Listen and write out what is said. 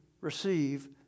receive